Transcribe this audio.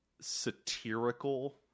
satirical